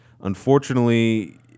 unfortunately